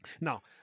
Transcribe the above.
Now